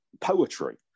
poetry